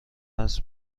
هست